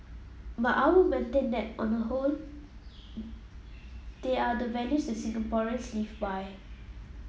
but I would maintain that on the whole they are the values a Singaporeans live by